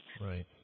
Right